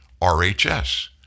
RHS